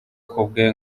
kubwe